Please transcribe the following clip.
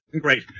great